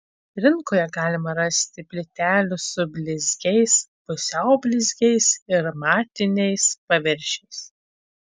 rinkoje galima rasti plytelių su blizgiais pusiau blizgiais ir matiniais paviršiais